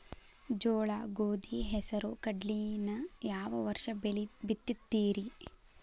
ಜೋಳ, ಗೋಧಿ, ಹೆಸರು, ಕಡ್ಲಿನ ಯಾವ ವರ್ಷ ಬಿತ್ತತಿರಿ?